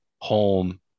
home